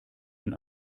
den